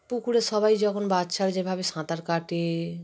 পুকুরে সবাই যখন বাচ্চারা যেভাবে সাঁতার কাটে